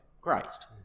Christ